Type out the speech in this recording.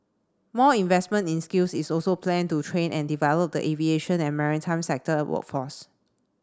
more investment in skills is also planned to train and develop the aviation and maritime sector workforce